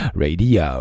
Radio